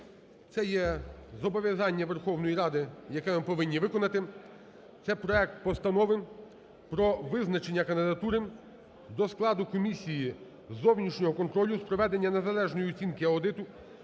Це є зобов'язання Верховної Ради, яке ми повинні виконати. Це проект Постанови про визначення кандидатури до складу комісії зовнішнього контролю з проведення незалежної оцінки (аудиту)